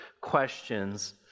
questions